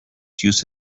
use